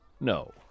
No